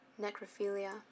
necrophilia